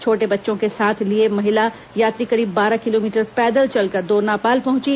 छोटे बच्चों को साथ लिए महिला यात्री करीब बारह किलोमीटर पैदल चलकर दोरनापाल पहुंची